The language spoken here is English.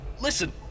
Listen